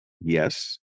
yes